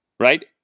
Right